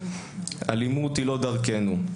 אלימות היא לא דרכנו.